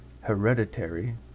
hereditary